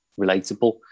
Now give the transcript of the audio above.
relatable